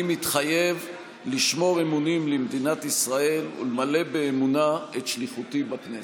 אני מתחייב לשמור אמונים למדינת ישראל ולמלא באמונה את שליחותי בכנסת.